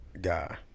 guy